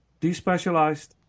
despecialized